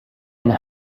and